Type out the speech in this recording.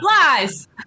Lies